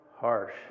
harsh